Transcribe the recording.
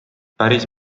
päris